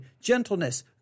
gentleness